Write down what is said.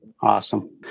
awesome